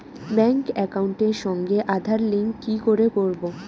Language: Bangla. ব্যাংক একাউন্টের সঙ্গে আধার লিংক কি করে করবো?